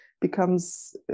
becomes